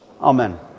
Amen